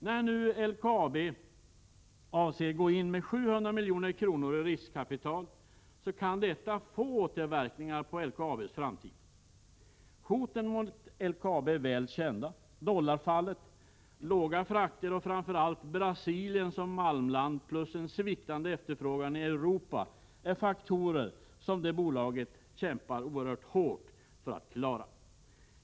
När nu LKAB avser att gå in med 700 milj.kr. i riskkapital kan detta få återverkningar på LKAB:s framtid. Hoten mot LKAB är väl kända. 21 Dollarfallet, låga frakter och framför allt Brasilien som malmland plus en sviktande efterfrågan i Europa är faktorer som det bolaget kämpar oerhört hårt för att klara.